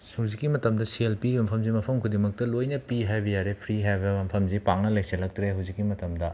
ꯍꯧꯖꯤꯛꯀꯤ ꯃꯇꯝꯗ ꯁꯦꯜ ꯄꯤꯔꯤꯕ ꯃꯐꯝꯁꯤ ꯃꯐꯝ ꯈꯨꯡꯗꯤꯡꯃꯛꯇ ꯂꯣꯏꯅ ꯄꯤ ꯍꯥꯏꯕ ꯌꯥꯔꯦ ꯐ꯭ꯔꯤ ꯍꯥꯏꯕ ꯃꯐꯝꯁꯤ ꯄꯥꯛꯅ ꯂꯩꯁꯤꯜꯂꯛꯇ꯭ꯔꯦ ꯍꯧꯖꯤꯛꯀꯤ ꯃꯇꯝꯗ